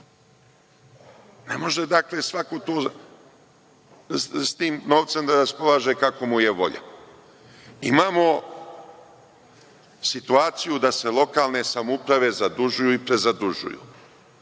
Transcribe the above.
Ne može svako s tim novcem da raspolaže kako mu je volja. Imamo situaciju da se lokalne samouprave zadužuju i prezadužuju.